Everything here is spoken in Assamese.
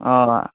অঁ